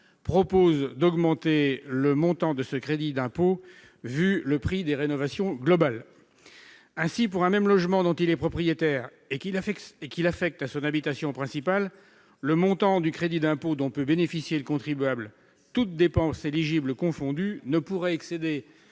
proposent d'augmenter le montant de ce crédit d'impôt, vu le coût d'une rénovation globale. Ainsi, pour un logement dont il est propriétaire et qu'il affecte à son habitation principale, le montant du crédit d'impôt dont pourrait bénéficier le ménage, toutes dépenses éligibles confondues, ne pourrait excéder,